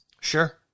Sure